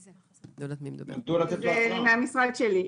הדובר הוא מישהו מהמשרד שלי.